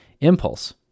impulse